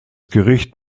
gericht